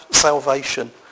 salvation